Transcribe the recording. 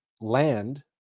land